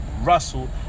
Russell